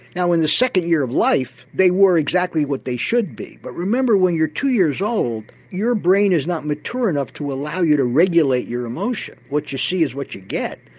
now in the second year of life they were exactly what they should be. but remember, when you're two years old your brain is not mature enough to allow you to regulate your emotion what you see is what you get.